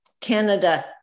Canada